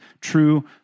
true